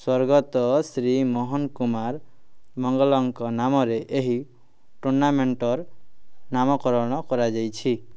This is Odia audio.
ସ୍ୱର୍ଗତ ଶ୍ରୀ ମୋହନ କୁମାର ମଙ୍ଗଳମ୍ଙ୍କ ନାମରେ ଏହି ଟୁର୍ଣ୍ଣାମେଣ୍ଟର ନାମକରଣ କରାଯାଇଛି